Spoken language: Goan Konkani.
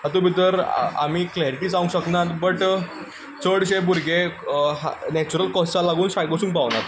हातूंत भितर आमी क्लेरिटी जावूंक शकनात बट चडशे भुरगे नेच्युरल कॉजीजाक लागून शाळेक वचूंक पावनात